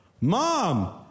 Mom